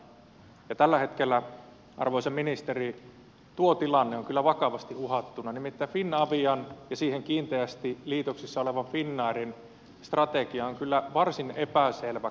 tällä hetkellä arvoisa ministeri tuo tilanne on kyllä vakavasti uhattuna nimittäin finavian ja siihen kiinteästi liitoksissa olevan finnairin strategia on kyllä varsin epäselvä kotimaanliikenteen osalta